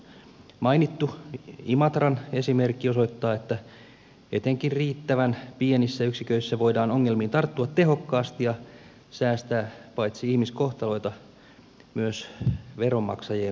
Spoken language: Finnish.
mainittu imatran esimerkki osoittaa että etenkin riittävän pienissä yksiköissä voidaan ongelmiin tarttua tehokkaasti ja säästää paitsi ihmiskohtaloita myös veronmaksajien rahoja